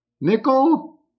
Nickel